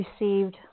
received